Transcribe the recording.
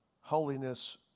holiness